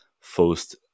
first